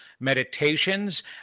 meditations